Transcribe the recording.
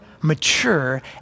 mature